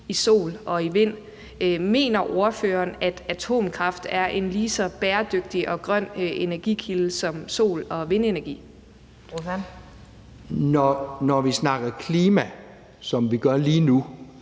i sol og i vind. Mener ordføreren, at atomkraft er en ligeså bæredygtig og grøn energikilde som sol- og vindenergi? Kl. 11:09 Den fg. formand